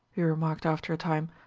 he remarked after a time.